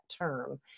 term